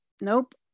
nope